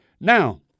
Now